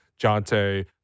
Jante